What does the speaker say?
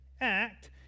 act